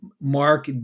Mark